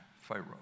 Pharaoh